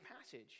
passage